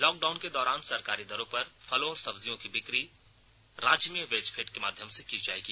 lockdown के दौरान सरकारी दर पर फलों और सब्जियों की बिकी राज्य में वेजफेड के माध्यम से की जायेगी